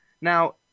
now